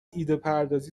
ایدهپردازی